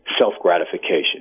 self-gratification